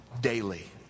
daily